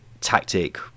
tactic